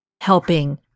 helping